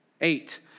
Eight